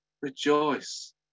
Rejoice